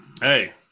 Hey